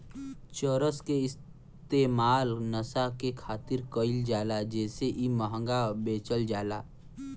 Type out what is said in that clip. चरस के इस्तेमाल नशा करे खातिर कईल जाला जेसे इ महंगा बेचल जाला